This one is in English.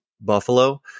Buffalo